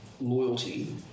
loyalty